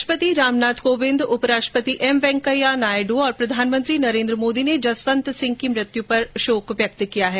राष्ट्रपति रामनाथ कोंविद उपराष्ट्रपति एम वैकें या नायडू और प्रधानमंत्री नरेन्द्र मोदी ने जसवंत सिंह की मृत्यू पर शोक व्यक्त किया है